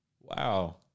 wow